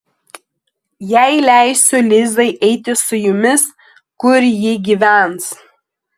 jei leisiu lizai eiti su jumis kur ji gyvens